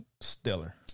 stellar